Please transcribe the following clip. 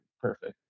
perfect